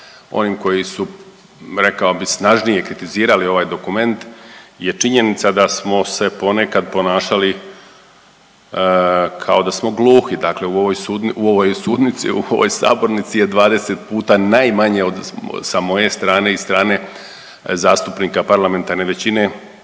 onim koji su rekao bih snažnije kritizirali ovaj dokument je činjenica da smo se ponekad ponašali kao da smo gluhi. Dakle, u ovoj sabornici je 20 puta najmanje sa moje strane i strane zastupnika parlamentarne većine